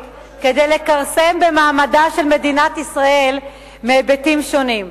כדי לכרסם במעמדה של מדינת ישראל מהיבטים שונים.